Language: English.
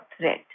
threat